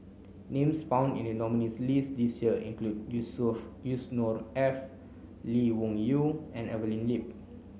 names found in the nominees' list this year include Yusnor Of Yusnor the Ef Lee Wung Yew and Evelyn Lip